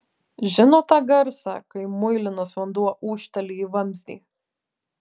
žinot tą garsą kai muilinas vanduo ūžteli į vamzdį